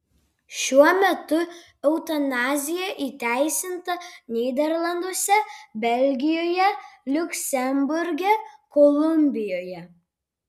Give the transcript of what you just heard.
šiuo metu eutanazija įteisinta nyderlanduose belgijoje liuksemburge kolumbijoje